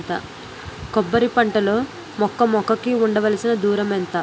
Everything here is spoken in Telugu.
కొబ్బరి పంట లో మొక్క మొక్క కి ఉండవలసిన దూరం ఎంత